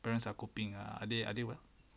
parents are coping ah are they are they what